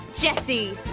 Jesse